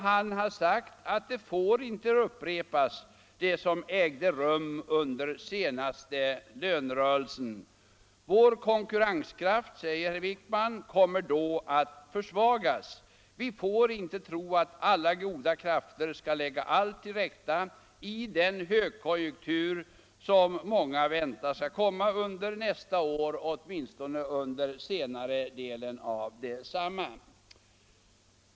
Han sade att det som ägde rum under den senaste lönerörelsen får inte upprepas. Vår konkurrenskraft, sade herr Wickman, kommer då att försvagas. Vi får inte tro att alla goda krafter skall lägga allt till rätta i den högkonjunktur som många väntar skall komma under nästa år, åtminstone under dess senare del.